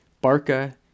Barca